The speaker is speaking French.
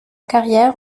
carrière